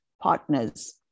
partners